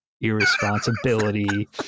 irresponsibility